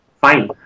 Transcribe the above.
fine